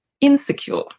insecure